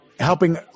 Helping